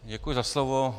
Děkuji za slovo.